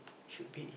should be